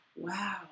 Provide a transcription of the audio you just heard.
wow